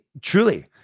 truly